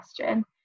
question